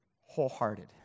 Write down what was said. wholehearted